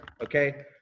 okay